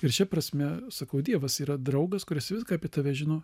ir šia prasme sakau dievas yra draugas kuris viską apie tave žino